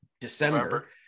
december